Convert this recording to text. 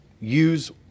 use